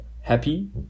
happy